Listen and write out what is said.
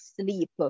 sleep